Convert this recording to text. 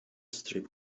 strip